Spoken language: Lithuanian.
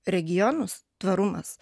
regionus tvarumas